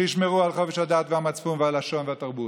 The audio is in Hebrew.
שישמרו על חופש הדת והמצפון והלשון והתרבות.